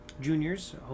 juniors